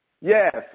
Yes